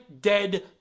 dead